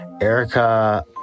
Erica